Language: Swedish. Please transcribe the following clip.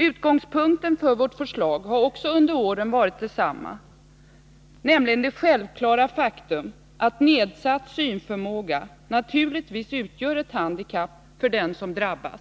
Utgångspunkten för vårt förslag har under åren också varit Nr 33 densamma, nämligen det självklara faktum att nedsatt synförmåga utgör ett Onsdagen den handikapp för den som drabbas.